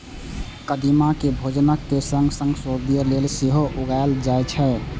कदीमा कें भोजनक संग संग सौंदर्य लेल सेहो उगायल जाए छै